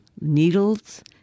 needles